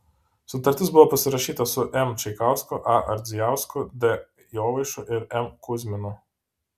sutartis buvo pasirašyta su m čaikausku a ardzijausku d jovaišu ir m kuzminu